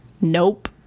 Nope